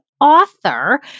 author